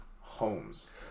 homes